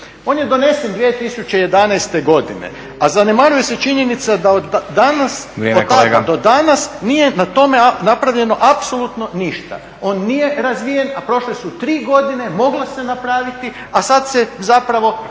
On je donesen 2011. godine, a zanemaruje se činjenica da od tada do danas nije na tome napravljeno apsolutno ništa. On nije razvijen, a prošle su tri godine, moglo se napraviti, a sad se zapravo